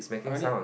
I need